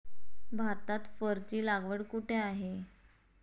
भारतात फरची लागवड कुठे आहे?